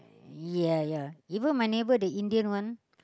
ya ya even my neighbour the Indian one